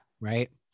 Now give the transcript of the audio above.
right